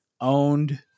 owned